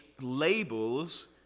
labels